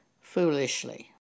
foolishly